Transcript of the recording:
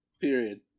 period